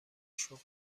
شغل